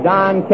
Don